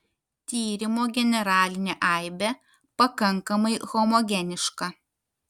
tyrimo generalinė aibė pakankamai homogeniška